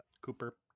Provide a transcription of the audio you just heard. Cooper